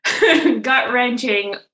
gut-wrenching